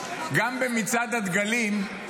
גם במצעד הדגלים,